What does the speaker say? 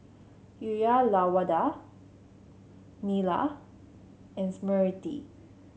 Uyyalawada Neila and Smriti